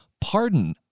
pardon